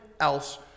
else